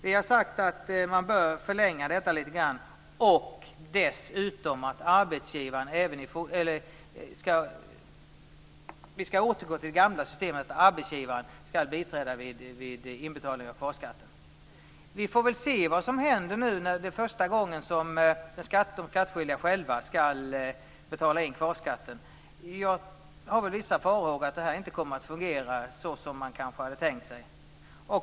Vi har sagt att man bör förlänga tiden litet grand. Dessutom tycker vi att man skall återgå till det gamla systemet, att arbetsgivaren skall biträda vid inbetalningen av kvarskatten. Vi får väl se vad som händer nu när det är första gången som de skattskyldiga själva skall betala in kvarskatten. Jag har vissa farhågor för att det inte kommer att fungera så som man kanske hade tänkt sig.